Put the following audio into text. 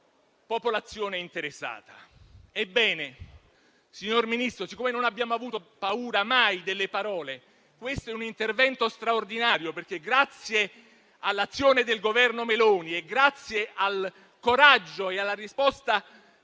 popolazione interessata. Signor Ministro, siccome non abbiamo mai avuto paura delle parole, dico che questo è un intervento straordinario, perché grazie all'azione del Governo Meloni e grazie al coraggio e alla risposta